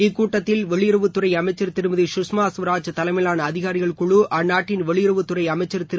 இக்கூட்டத்தில் வெளியுறவுத்துறை அமைச்சர் திருமதி குஷ்மா ஸ்வராஜ் தலைமையிலான அதிகாரிகள் குழு அந்நாட்டின் வெளியுறவுத்துறை அமைச்சர் திரு